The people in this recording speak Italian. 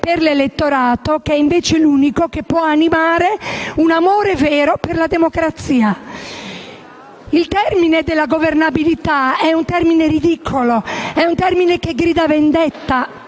per l'elettorato che è invece l'unico che può animare un amore vero per la democrazia. Il termine della governabilità è ridicolo e grida vendetta,